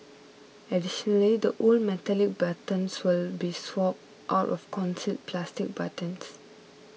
additionally the old metallic buttons will be swapped out of concealed plastic buttons